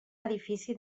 edifici